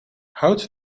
hout